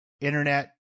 internet